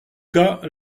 cas